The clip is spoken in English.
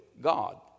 God